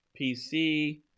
PC